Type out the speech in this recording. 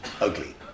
ugly